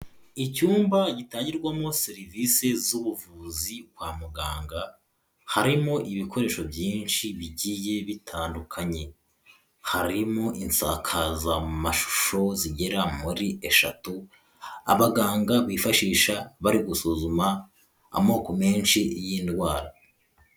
Icyumba gitangirwamo serivisi z'ubuvuzi kwa muganga, harimo ibikoresho byinshi bigiye bitandukanye, harimo insakazamashusho zigera muri eshatu, abaganga bifashisha bari gusuzuma amoko menshi y'indwara.